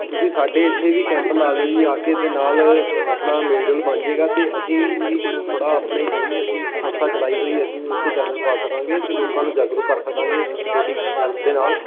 ਅਤੇ ਤੁਸੀਂ ਸਾਡੇ ਇੱਥੇ ਵੀ ਕੈਂਪ ਲਾ ਲਿਓ ਜੀ ਆ ਕੇ ਅਤੇ ਨਾਲ ਆਪਣਾ ਮੇਲ ਜੋਲ ਬਣ ਜਾਏਗਾ ਅਤੇ ਅਸੀਂ ਵੀ ਥੋੜ੍ਹਾ ਆਪਣੇ ਜੋ ਵੀ ਅਸੀਂ ਸੰਸਥਾ ਚਲਾਈ ਹੋਈ ਅਸੀਂ ਉਸ 'ਤੇ ਚਾਨਣ ਪਾ ਸਕਾਂਗੇ ਅਤੇ ਲੋਕਾਂ ਨੂੰ ਜਾਗਰੂਕ ਕਰ ਸਕਾਂਗੇ ਤੁਹਾਡੀ ਹੈਲਪ ਦੇ ਨਾਲ